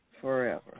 forever